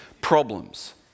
problems